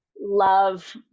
love